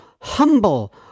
humble